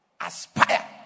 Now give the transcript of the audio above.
aspire